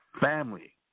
family